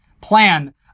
plan